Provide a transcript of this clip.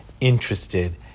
interested